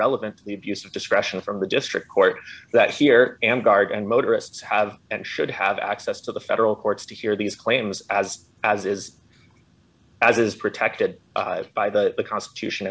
relevant to the abuse of discretion from the district court that here and guard and motorists have and should have access to the federal courts to hear these claims as as is as is protected by the constitution